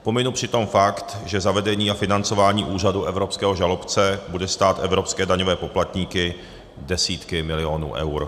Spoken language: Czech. Pominu přitom fakt, že zavedení a financování úřadu evropského žalobce bude stát evropské daňové poplatníky desítky milionů eur.